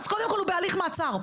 אז קודם כל הוא בהליך מעצר.